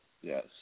Yes